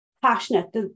Passionate